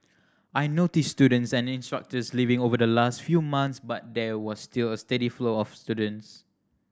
I noticed students and instructors leaving over the last few months but there was still a steady flow of students